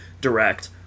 Direct